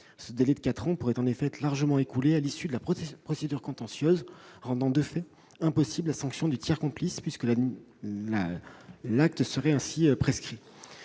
Ce délai de quatre ans pourrait, en effet, être largement écoulé à l'issue de la procédure contentieuse, rendant de fait impossible la sanction du tiers complice. On pourrait d'ailleurs